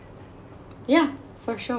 yeah for sure